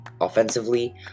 offensively